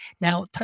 Now